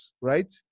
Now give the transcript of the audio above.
right